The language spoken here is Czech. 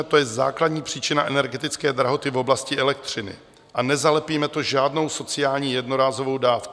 To je základní příčina energetické drahoty v oblasti elektřiny a nezalepíme to žádnou sociální jednorázovou dávkou.